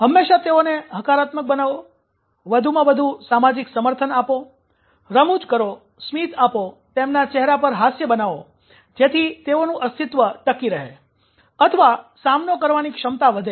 હંમેશા તેઓને હકારાત્મક બનાવો વધુમાં વધુ સામાજિક સમર્થન આપો રમૂજ કરો સ્મિત આપો તેમના ચહેરા પર હાસ્ય બનાવો જેથી તેઓનું અસ્તિત્વ ટકી રહે અથવા સામનો કરવાની ક્ષમતા વધે